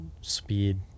speed